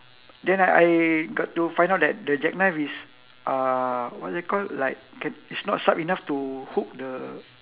then I I got to find out that the jackknife is uh what is it called like it's not sharp enough to hook the